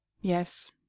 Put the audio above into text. Yes